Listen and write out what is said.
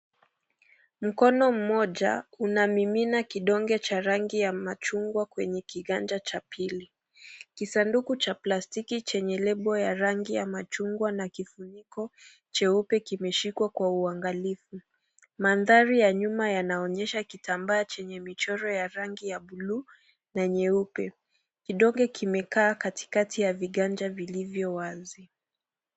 Mkono mmoja unamimina kidonge cha rangi ya machungwa kwenye kiganja cha pili. Kisanduku cha plastiki chenye lebo ya rangi ya machungwa na kifuniko cheupe kimeshikwa kwa uangalifu. Maandhari ya nyuma yanaonyesha kitambaa chenye michoro ya rangi ya bluu na nyeupe. Kidonge kimekaa katikati ya viganja vilivyo wazi.